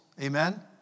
Amen